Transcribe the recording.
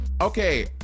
Okay